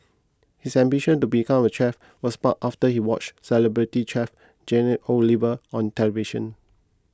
his ambition to become a chef was sparked after he watched celebrity chef Jamie Oliver on television